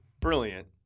brilliant